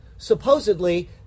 Supposedly